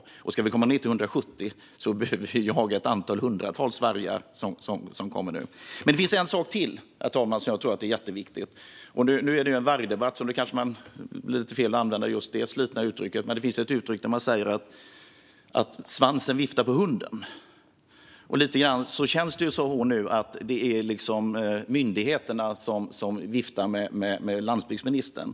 Om vi ska komma ned till 170 behöver vi jaga hundratals vargar nu. Det finns en sak till, herr talman, som jag tror är jätteviktig. Nu är det ju en vargdebatt, så det blir kanske lite fel att använda ett slitet uttryck som att svansen viftar på hunden. Men så känns det lite grann nu - att det är myndigheterna som viftar med landsbygdsministern.